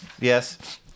Yes